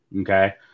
Okay